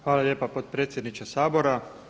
Hvala lijepa potpredsjedniče Sabora.